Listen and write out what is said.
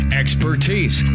expertise